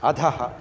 अधः